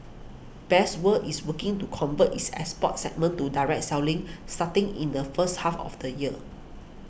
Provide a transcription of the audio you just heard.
best World is working to convert its export segment to direct selling starting in the first half of the year